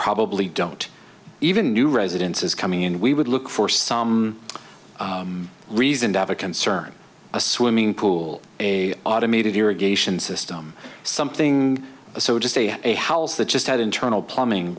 probably don't even new residences coming in we would look for some reason to have a concern a swimming pool a automated irrigation system something so to say a house that just had internal plumbing